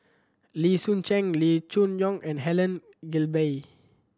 Lee Soon Cheng Lee Choon Yong and Helen Gilbey